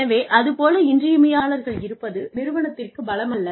எனவே அது போல இன்றியமையாத பணியாளர்கள் இருப்பது நிறுவனத்திற்குப் பலமல்ல